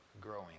growing